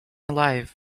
alive